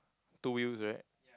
two wheels right